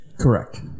Correct